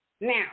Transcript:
Now